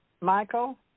Michael